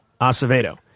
Acevedo